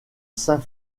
saint